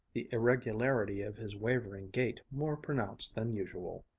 the irregularity of his wavering gait more pronounced than usual.